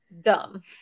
dumb